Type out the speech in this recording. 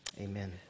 Amen